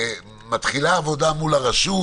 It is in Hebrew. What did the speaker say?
מתחילה עבודה מול הרשות?